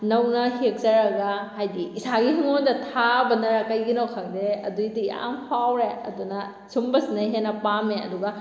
ꯅꯧꯅ ꯍꯦꯛꯆꯔꯒ ꯍꯥꯏꯗꯤ ꯏꯁꯥꯒꯤ ꯍꯤꯡꯒꯣꯜꯗ ꯊꯥꯕꯅ ꯀꯩꯒꯤꯅꯣ ꯈꯪꯗꯦ ꯑꯗꯨꯏꯗꯤ ꯌꯥꯝ ꯍꯥꯎꯔꯦ ꯑꯗꯨꯅ ꯁꯨꯝꯕꯁꯤꯅ ꯍꯦꯟꯅ ꯄꯥꯝꯃꯦ ꯑꯗꯨꯒ